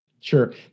Sure